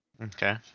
Okay